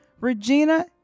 Regina